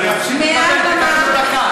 אני אמשיך לדבר,